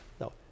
No